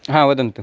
हा वदन्तु